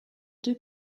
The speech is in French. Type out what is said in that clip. deux